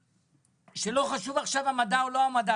שסבורים שלא חשוב עכשיו המדע או לא המדע